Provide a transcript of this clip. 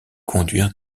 conduire